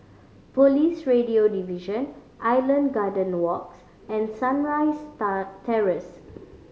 Police Radio Division Island Garden Walks and Sunrise Terrace